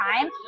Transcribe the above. time